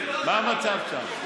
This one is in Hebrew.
מה המצב שם?